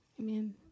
Amen